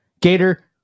Gator